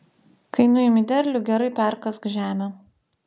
kai nuimi derlių gerai perkask žemę